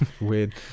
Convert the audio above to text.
weird